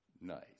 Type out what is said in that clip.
nice